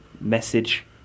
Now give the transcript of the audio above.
message